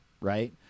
right